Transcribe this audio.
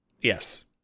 Yes